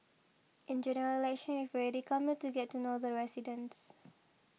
in General Election we've already come here to get to know the residents